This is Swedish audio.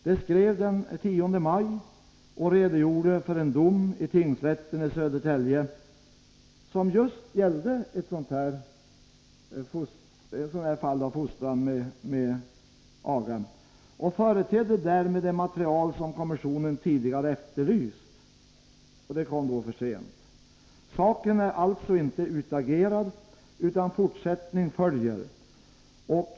De skrev den 10 maj och redogjorde för en dom i tingsrätten i Södertälje, som just gällde ett fall av fostran med aga, och företedde därmed det material som kommissionen tidigare efterlyst. Men det kom alltså för sent. Saken är dock inte utagerad utan fortsättning följer.